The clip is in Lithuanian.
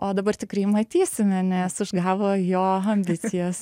o dabar tikrai matysime nes užgavo jo ambicijas